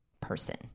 person